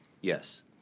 Yes